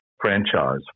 franchise